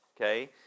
Okay